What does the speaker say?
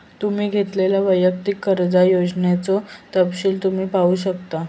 तुम्ही घेतलेल्यो वैयक्तिक कर्जा योजनेचो तपशील तुम्ही पाहू शकता